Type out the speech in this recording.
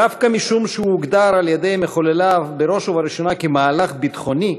דווקא משום שהוא הוגדר על-ידי מחולליו בראש ובראשונה "מהלך ביטחוני",